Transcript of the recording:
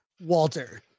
Walter